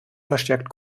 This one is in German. verstärkt